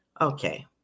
Okay